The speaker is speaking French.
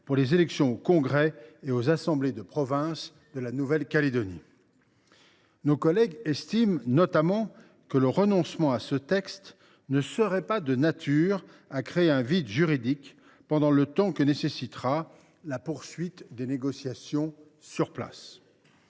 pour les élections au congrès et aux assemblées de province de la Nouvelle Calédonie. Nos collègues estiment, notamment, que le renoncement à ce texte ne serait pas de nature à créer un vide juridique pendant le temps que nécessitera la poursuite des négociations sur place.